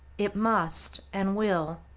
it must, and will,